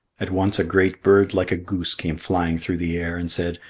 at once a great bird like a goose came flying through the air, and said,